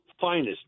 finest